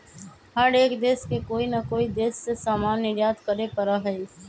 हर एक देश के कोई ना कोई देश से सामान निर्यात करे पड़ा हई